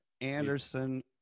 Anderson